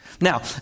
Now